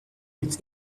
it’s